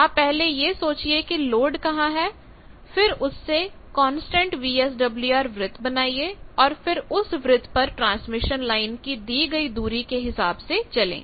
आप पहले यह सोचिए कि लोड कहां है फिर उससे कांस्टेंट VSWR वृत्त बनाइए और फिर उस वृत्त पर ट्रांसमिशन लाइन की दी गई दूरी के हिसाब से चलें